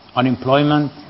unemployment